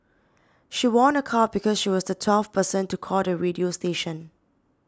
she won a car because she was the twelfth person to call the radio station